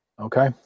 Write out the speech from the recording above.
Okay